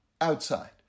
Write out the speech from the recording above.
outside